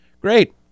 Great